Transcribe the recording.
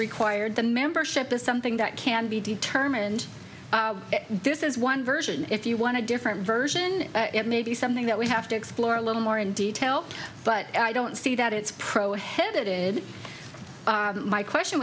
required the membership is something that can be determined this is one version if you want to different version it may be something that we have to explore a little more in detail but i don't see that it's prohibited my question